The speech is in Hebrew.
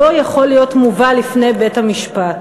לא יכול להיות מובא לפני בית-המשפט.